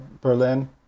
Berlin